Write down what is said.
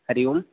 Hari Om